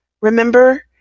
remember